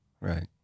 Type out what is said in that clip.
right